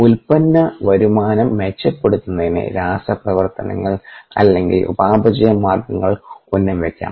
ഉൽപന്ന വരുമാനം മെച്ചപ്പെടുത്തുന്നതിന് രാസപ്രവർത്തനങ്ങൾ അല്ലെങ്കിൽ ഉപാപചയ മാർഗങ്ങൾ ഉന്നം വെക്കാം